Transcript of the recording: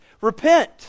Repent